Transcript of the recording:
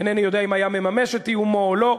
אינני יודע אם היה מממש את איומו או לא,